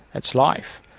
that's life.